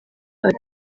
ati